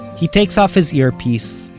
he takes off his earpiece,